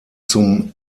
zum